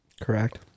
Correct